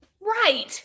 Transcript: Right